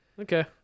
Okay